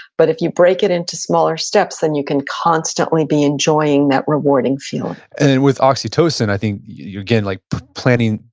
but if you break it into smaller steps then you can constantly be enjoying that rewarding feeling and then with oxytocin, i think, again, like planning,